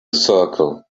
circle